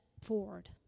forward